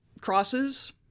crosses